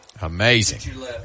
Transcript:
Amazing